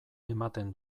ematen